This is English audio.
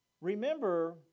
Remember